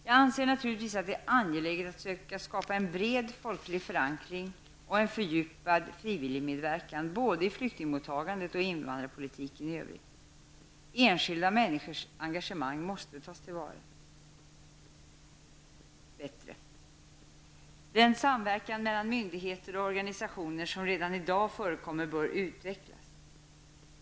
Jag anser naturligtvis att det är angeläget att söka skapa en bred folklig förankring och en fördjupad frivilligmedverkan både i flyktingmottagandet och i invandrarpolitiken i övrigt. Enskilda människors engagemang måste tas bättre till vara. Den samverkan mellan myndigheter och organisationer som redan i dag förekommer bör utvecklas.